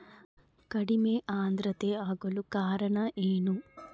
ಕಡಿಮೆ ಆಂದ್ರತೆ ಆಗಕ ಕಾರಣ ಏನು?